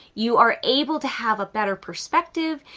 you are able to have a better perspective.